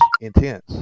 intense